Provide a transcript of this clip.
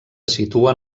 situen